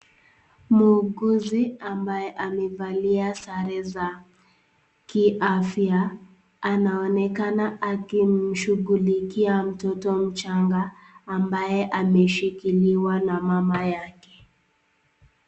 Muuguzi ambaye amevalia sare za kiafya, anaonekana akimshughulikia mtoto mchanga ambaye ameshikiliwa na mama yake.